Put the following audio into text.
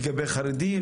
לגבי חרדים,